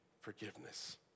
forgiveness